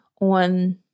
on